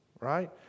right